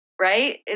Right